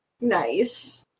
nice